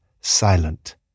silent